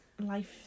Life